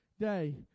day